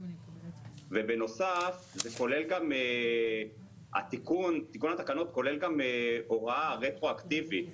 ובנוסף תיקון התקנות כולל גם הוראה רטרואקטיבית,